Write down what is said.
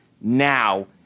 now